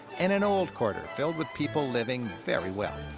and an old quarter filled with people living very well.